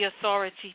authority